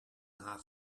haag